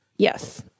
Yes